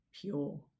pure